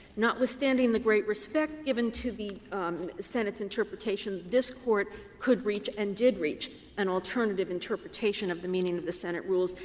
notwithstanding the great respect given to the senate's interpretation, this court could reach and did reach an alternative interpretation of the meaning of the senate rules,